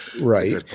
right